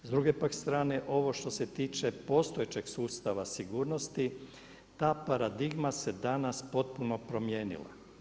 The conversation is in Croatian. S druge pak strane ovo što se tiče postojećeg sustava sigurnosti ta paradigma se danas potpuno promijenila.